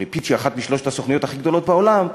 הרי "פיץ'" היא אחת משלוש הסוכנויות הכי גדולות בעולם,